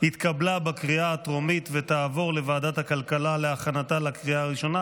לוועדת הכלכלה נתקבלה.